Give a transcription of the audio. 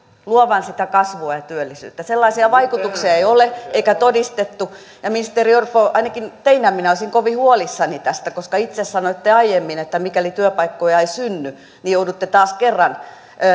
luovan sitä kasvua ja työllisyyttä sellaisia vaikutuksia ei ole eikä todistettu ministeri orpo ainakin teinä minä olisin kovin huolissani tästä koska itse sanoitte aiemmin että mikäli työpaikkoja ei synny niin joudutte taas kerran